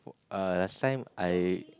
uh last time I